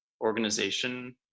organization